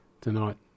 Tonight